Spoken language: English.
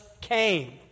came